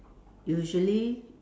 usually